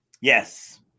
yes